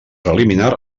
preliminar